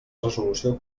resolució